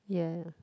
ya